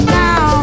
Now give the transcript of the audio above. now